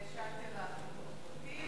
שאלתי על החינוך הפרטי,